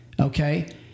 okay